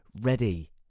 Ready